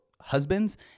husbands